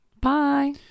Bye